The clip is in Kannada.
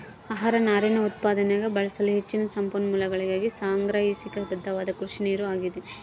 ಆಹಾರ ನಾರಿನ ಉತ್ಪಾದನ್ಯಾಗ ಬಳಸಲು ಹೆಚ್ಚಿನ ಸಂಪನ್ಮೂಲಗಳಿಗಾಗಿ ಸಂಗ್ರಹಿಸಾಕ ಬದ್ಧವಾದ ಕೃಷಿನೀರು ಆಗ್ಯಾದ